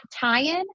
tie-in